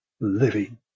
living